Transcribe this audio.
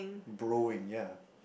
borrowing ya